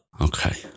Okay